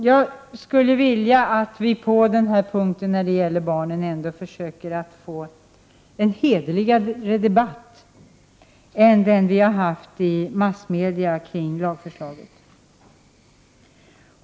Jag skulle vilja att vi på den här punkten, när det gäller barnen, försöker få en hederligare debatt än den som har förts i massmedia kring lagförslaget.